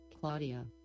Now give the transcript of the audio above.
Claudia